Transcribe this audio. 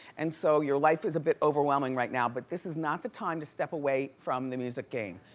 and so your life is a bit overwhelming right now, but this is not the time to step away from the music game.